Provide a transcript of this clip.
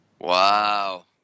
Wow